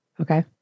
Okay